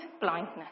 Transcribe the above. blindness